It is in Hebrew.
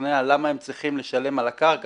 לשכנע למה הם צריכים לשלם על הקרקע